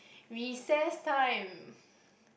recess time